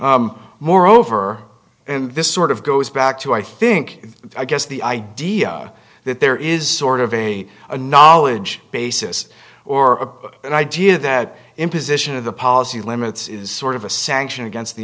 again moreover in this sort of goes back to i think i guess the idea that there is sort of a a knowledge basis or an idea that imposition of the policy limits is sort of a sanction against the